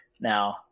now